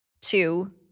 Two